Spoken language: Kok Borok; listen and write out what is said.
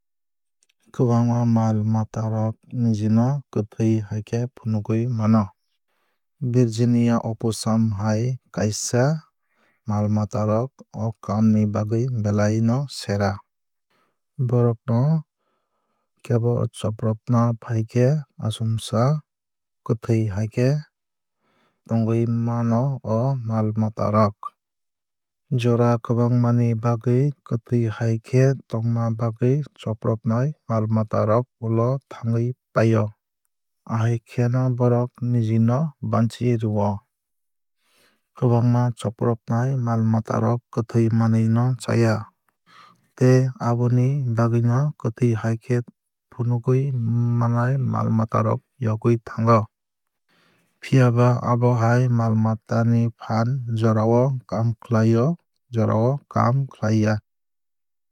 Kwbangma mal mata rok niji no kwthwui hai khe funugwui mano. Virginia opossum hai kaisa mal matarok o kaam ni bagwui belai no sera. Bohrok no kebo chopropna fai khe achomsa kwthwui hai khe tongwui mano o mal mata rok. Jora kwbangma ni bagwui kwthwui hai khe tongma bagwui chopropnai mal mata ulo thangwui pai o. Ahai khe no borok niji no banchi rwio. Kwbangma chopropnai mal mata rok kwthwui manwui no chaya. Tei aboni bagwui kwthwui hai khe funugwui manai mal mata rok yogwui thango. Phiaba abo hai mal mata ni phaan jorao kaam khlaio jorao kaam khlaiya.